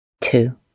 two